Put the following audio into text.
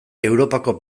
europako